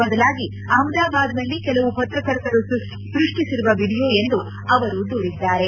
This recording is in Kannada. ಬದಲಾಗಿ ಅಪಮಾದಾಬಾದ್ನಲ್ಲಿ ಕೆಲವು ಪತ್ರಕರ್ತರು ಸೃಷ್ಟಿಸಿರುವ ವಿಡಿಯೋ ಎಂದು ಅವರು ದೂರಿದ್ದಾರೆ